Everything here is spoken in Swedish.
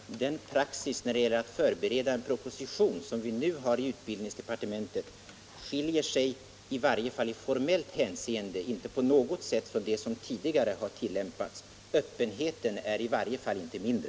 Herr talman! Den praxis när det gäller att förbereda en proposition som vi nu har i utbildningsdepartementet skiljer sig i formellt hänseende inte på något sätt från vad som tidigare har tillämpats. Öppenheten är i varje fall inte mindre.